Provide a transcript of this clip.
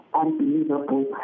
unbelievable